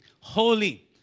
holy